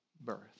birth